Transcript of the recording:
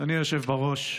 אדוני היושב בראש,